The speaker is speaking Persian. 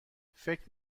فکر